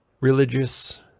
Religious